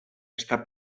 esta